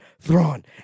Thrawn